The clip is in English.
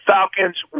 Falcons